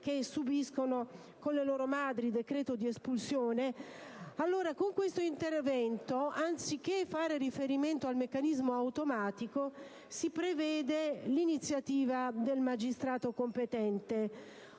che subiscono con le loro madri il decreto di espulsione. Pertanto, con questo intervento, anziché fare riferimento al meccanismo automatico, si prevede l'iniziativa del magistrato competente,